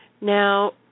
Now